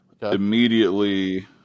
immediately